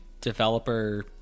developer